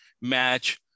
match